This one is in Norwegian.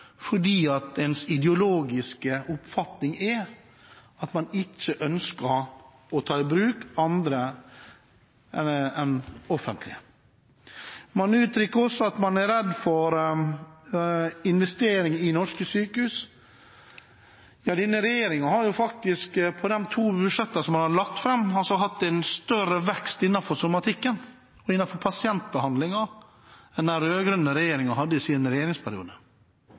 fordi ens ideologiske oppfatning er at man ikke ønsker å ta i bruk andre enn det offentlige. Man uttrykker også at man er redd for investeringene i norske sykehus. Denne regjeringen har jo faktisk på de to budsjettene man har lagt fram, hatt en større vekst innenfor somatikken og innenfor pasientbehandlingen enn den rød-grønne regjeringen hadde i sin regjeringsperiode.